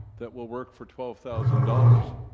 that will work for twelve thousand dollars,